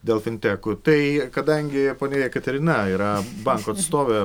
dėl fintekų tai kadangi ponia jekaterina yra banko atstovė